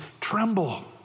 tremble